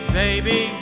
baby